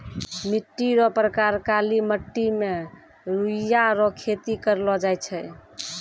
मिट्टी रो प्रकार काली मट्टी मे रुइया रो खेती करलो जाय छै